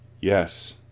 Yes